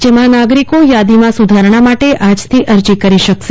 જેમાં નાગરીકો યાદીમ્કા સુધારણા માટે આજથી અરજી કરી શકશે